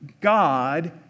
God